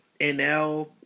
NL